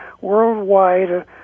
worldwide